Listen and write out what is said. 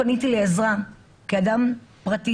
פשוט אנחנו מחלקים ציונים לעצמנו כבר ארבע